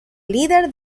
líder